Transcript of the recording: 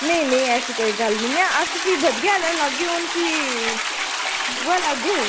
नेईं नेईं ऐसी कोई गल्ल निं ऐ अस फ्ही बधिया आह्ला लागे हून फ्ही दूआ लागे